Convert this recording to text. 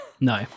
No